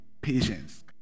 patience